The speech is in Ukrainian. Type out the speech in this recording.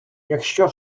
якщо